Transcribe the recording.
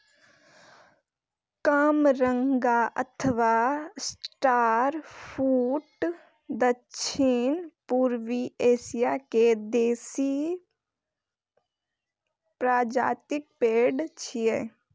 कामरंगा अथवा star fruit दक्षिण पूर्वी एशिया के देसी प्रजातिक पेड़ छियै